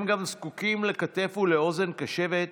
הם זקוקים גם לכתף ולאוזן קשבת,